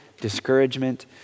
discouragement